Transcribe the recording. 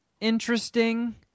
interesting